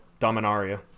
dominaria